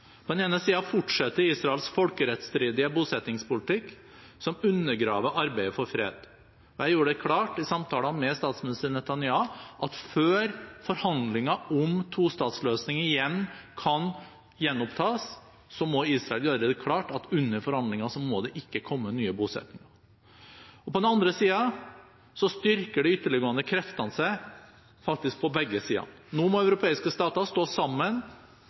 På den ene siden fortsetter Israels folkerettsstridige bosettingspolitikk, som undergraver arbeidet for fred. Jeg gjorde det klart i samtalene med statsminister Netanyahu at før forhandlinger om tostatsløsning igjen kan gjenopptas, må Israel gjøre det klart at under forhandlingene må det ikke komme nye bosettinger. På den andre siden styrker de ytterliggående kreftene seg faktisk på begge sider. Nå må europeiske stater stå